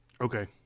Okay